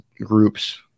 groups